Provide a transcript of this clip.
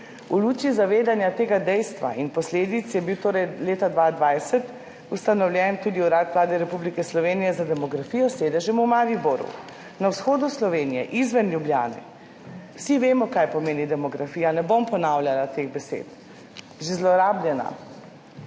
V luči zavedanja tega dejstva je bil posledično torej leta 2020 ustanovljen tudi Urad Vlade Republike Slovenije za demografijo s sedežem v Mariboru, na vzhodu Slovenije, izven Ljubljane. Vsi vemo, kaj pomeni demografija, ne bom ponavljala teh besed, je že zlorabljena.